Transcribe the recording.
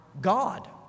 God